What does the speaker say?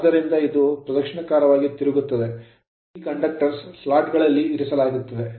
ಆದ್ದರಿಂದ ಇದು ಪ್ರದಕ್ಷಿಣಾಕಾರವಾಗಿ ತಿರುಗುತ್ತದೆ ಮತ್ತು ಈ conductors ವಾಹಕಗಳನ್ನು slot ಸ್ಲಾಟ್ ಗಳಲ್ಲಿ ಇರಿಸಲಾಗುತ್ತದೆ